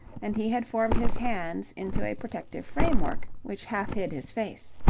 and he had formed his hands into a protective framework which half hid his face.